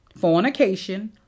fornication